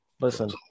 Listen